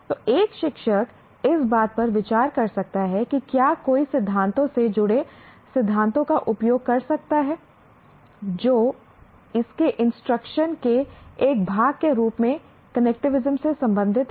तो एक शिक्षक इस बात पर विचार कर सकता है कि क्या कोई सिद्धांतों से जुड़े सिद्धांतों का उपयोग कर सकता है जो उसके इंस्ट्रक्शन के एक भाग के रूप में कनेक्टिविज्म से संबंधित है